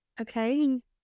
Okay